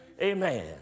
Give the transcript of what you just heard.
amen